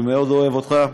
אני מאוד אוהב אותך,